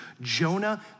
Jonah